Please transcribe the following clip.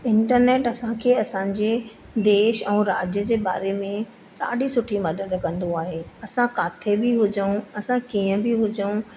internet असांखे असांजे देश ऐं राज्य जे बारे में ॾाढी सुठी मदद कंदो आहे असां किथे बि हुजऊं असां कीअं बि हुजऊं